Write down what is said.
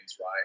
right